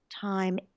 time